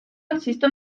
existe